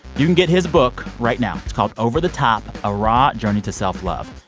you can get his book right now. it's called over the top a raw journey to self-love.